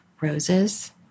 roses